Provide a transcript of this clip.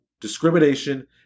discrimination